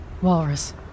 Walrus